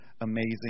amazing